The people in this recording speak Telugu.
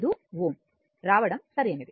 15 Ω రావడం సరైనది